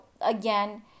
again